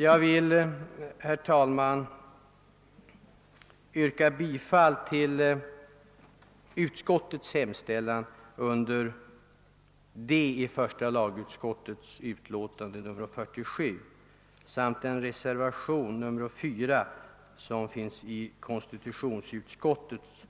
Jag vill, herr talman, yrka bifall till utskottets hemställan under D i första lagutskottets utlåtande nr 47 samt till reservationen 4 i konstitutionsutskottets